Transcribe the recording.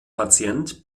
patient